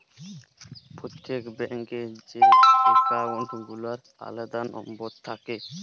প্রত্যেক ব্যাঙ্ক এ যে একাউল্ট গুলার আলাদা লম্বর থাক্যে